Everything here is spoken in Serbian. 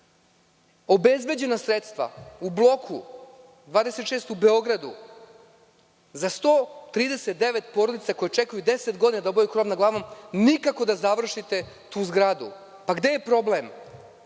Obezbeđena sredstva u bloku 26. u Beogradu za 139 porodica koje čekaju 10 godina da dobiju krov nad glavom, niko da završite tu zgradu. Pa, gde je problem?